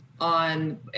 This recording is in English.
on